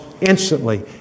instantly